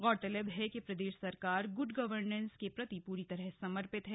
गौरतलब है कि प्रदेश सरकार गुड गवर्नेस के प्रति पूरी तरह समर्पित है